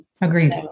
Agreed